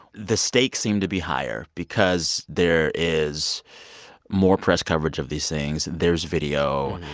the stakes seem to be higher because there is more press coverage of these things. there's video.